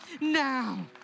Now